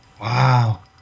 Wow